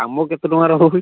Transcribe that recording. କାମ କେତେ ଟଙ୍କାର ହେବ